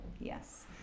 yes